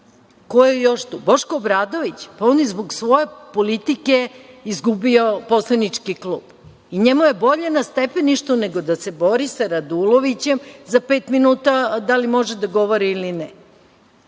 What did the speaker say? stepeništa. Boško Obradović je zbog svoje politike izgubio poslanički klub. I njemu je bolje na stepeništu nego da se bori sa Radulovićem za pet minuta, da li može da govori ili ne.